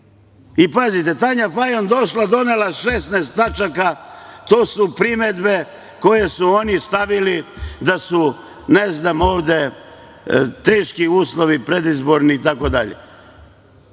konje. Pazite, Tanja Fajon došla i donela 16 tačaka, to su primedbe koje su oni stavili da su ovde teški uslovi predizborni i tako dalje.